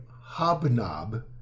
hobnob